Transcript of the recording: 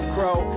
Crow